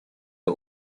the